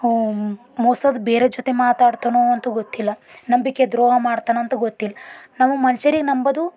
ಮೋಸದ ಬೇರೆ ಜೊತೆ ಮಾತಾಡ್ತಾನೋ ಅಂತ ಗೊತ್ತಿಲ್ಲ ನಂಬಿಕೆ ದ್ರೋಹ ಮಾಡ್ತಾನಾ ಅಂತ ಗೊತ್ತಿಲ್ಲ ನಮ್ಮ ಮನ್ಷರಿಗೆ ನಂಬೋದು